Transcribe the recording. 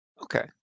Okay